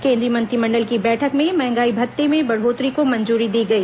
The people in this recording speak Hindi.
केन्द्रीय मंत्रिमंडल के बैठक में महंगाई भत्तें में बढ़ोतरी को मंजूरी दी गई